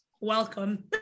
welcome